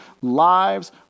lives